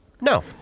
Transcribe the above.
No